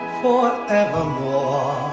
forevermore